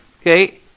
Okay